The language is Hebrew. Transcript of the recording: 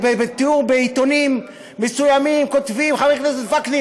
בתיאור בעיתונים מסוימים כותבים: חבר הכנסת וקנין,